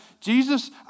Jesus